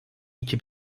iki